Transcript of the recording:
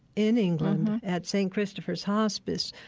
in england at st. christopher's hospice,